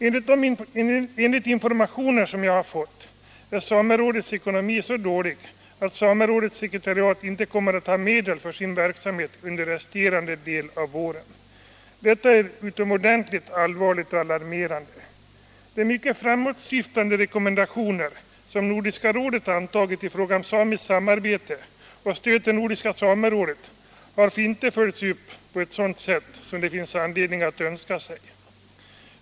Enligt informationer jag i dagarna fått är samerådets ekonomi så dålig att samerådets sekretariat inte kommer att ha medel för sin verksamhet under den resterande delen av våren. Detta är utomordentligt allvarligt och alarmerande. De mycket framåtsyftande rekommendationer som Nordiska rådet antagit i fråga om samiskt samarbete och stöd till Nordiska samerådet har inte följts upp på ett sådant sätt som det finns anledning att önska sig.